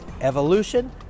evolution